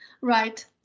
Right